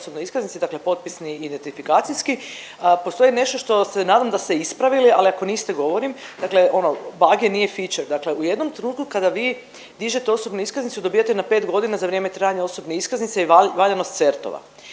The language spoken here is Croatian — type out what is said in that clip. osobnoj iskaznici, dakle potpisni i identifikacijski, postoji nešto što se, naravno da ste ispravili, ali ako niste govorim, dakle ono bager nije fićo, dakle u jednom trenutku kada vi dižete osobnu iskaznicu i dobivate ju na 5.g., za vrijeme trajanja osobne iskaznice je i valjanost CERT-ova.